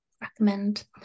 recommend